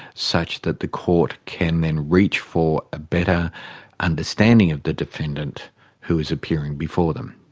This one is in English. such that the court can then reach for a better understanding of the defendant who is appearing before them.